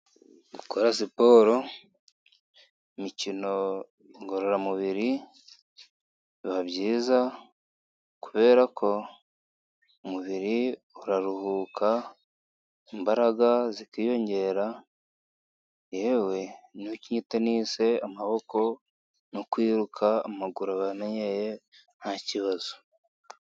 Gukora siporo! imikino ngororamubiri biba byiza kubera ko umubiri uraruhuka, imbaraga zikiyongera yewe nk'icyo bita tenisi, amaboko no kwiruka amaguru aba amenyeye ntakibazo.